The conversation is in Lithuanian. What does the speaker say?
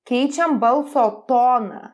keičiam balso toną